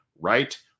right